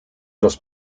los